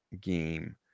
game